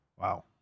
Wow